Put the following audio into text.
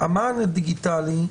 מבחן שימושיות לתאגיד.